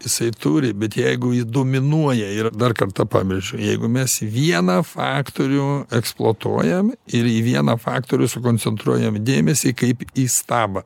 jisai turi bet jeigu jį dominuoja ir dar kartą pabrėžiu jeigu mes vieną faktorių eksploatuojam ir į vieną faktorių sukoncentruojam dėmesį kaip į stabą